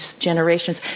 generations